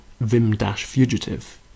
vim-fugitive